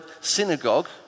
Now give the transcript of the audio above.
synagogue